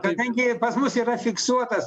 kadangi pas mus yra fiksuotas